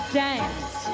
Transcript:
dance